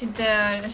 the